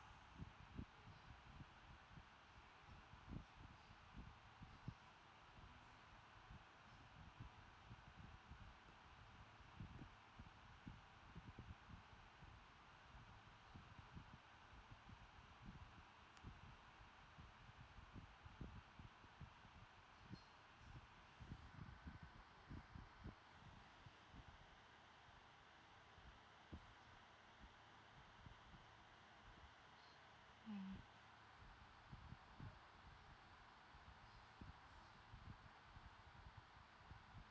mm